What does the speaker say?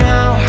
Now